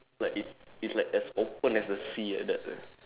like it's it's like as open as the sea like that eh